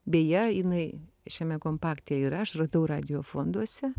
beje jinai šiame kompakte yra aš radau radijo fonduose